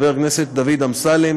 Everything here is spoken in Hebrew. הצעת חבר הכנסת דוד אמסלם.